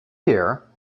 here